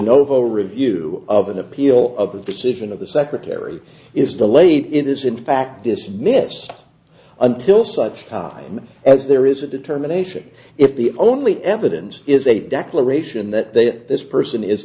novo review of an appeal of the decision of the secretary is delayed in this in fact dismissed until such time as there is a determination if the only evidence is a declaration that this person is